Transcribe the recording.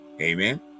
Amen